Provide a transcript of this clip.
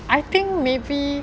I think maybe